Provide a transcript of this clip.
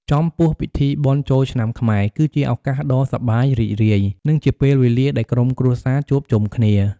ចំពោះពិធីបុណ្យចូលឆ្នាំខ្មែរ គឺជាឱកាសដ៏សប្បាយរីករាយ និងជាពេលវេលាដែលក្រុមគ្រួសារជួបជុំគ្នា។